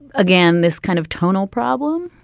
again, this kind of tonal problem?